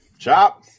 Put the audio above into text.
Chop